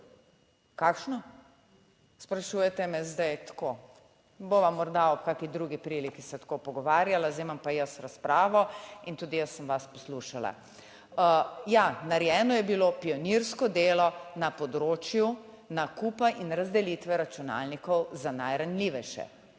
pogovarjanje/ Tako bova morda ob kakšni drugi priliki se tako pogovarjala, zdaj imam pa jaz razpravo in tudi jaz sem vas poslušala. Ja, narejeno je bilo pionirsko delo na področju nakupa in razdelitve računalnikov za najranljivejše.